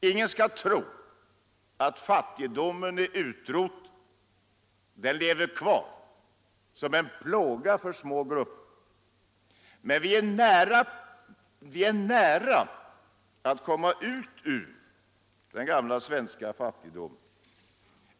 Ingen skall tro att fattigdomen är utrotad. Den lever kvar som en plåga för små grupper. Men vi är nära att komma ut ur den gamla svenska fattigdomen.